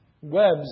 webs